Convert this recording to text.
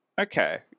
Okay